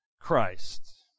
Christ